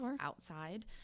outside